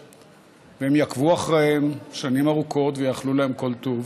והם יעקבו אחריהם שנים ארוכות ויאחלו להם כל טוב,